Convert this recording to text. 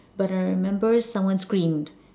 but I remember someone screamed